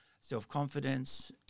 self-confidence